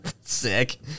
Sick